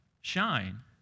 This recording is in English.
shine